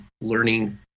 learning